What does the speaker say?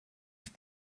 have